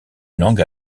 langue